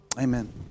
amen